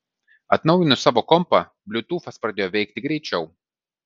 atnaujinus savo kompą bliutūfas pradėjo veikti greičiau